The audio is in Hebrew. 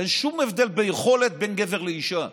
אין שום הבדל ביכולת בין גבר לאישה,